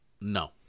No